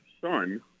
son